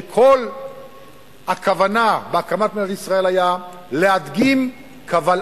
שכל הכוונה בהקמת מדינת ישראל היה להדגים קבל